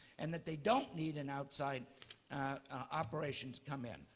and that they don't need an outside operation to come in.